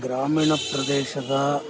ಗ್ರಾಮೀಣ ಪ್ರದೇಶದ